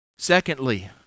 Secondly